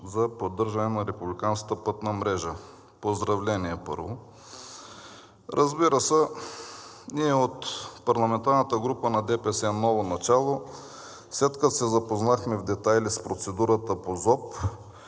за поддържане на републиканската пътна мрежа. Поздравления, първо! Разбира се, ние от парламентарната група на „ДПС – Ново начало“, след като се запознахме в детайли с процедурата по ЗОП